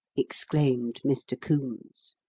exclaimed mr. coombes.